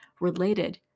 related